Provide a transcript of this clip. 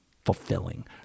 fulfilling